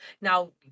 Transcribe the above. now